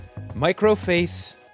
Microface